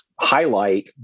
highlight